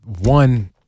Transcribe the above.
one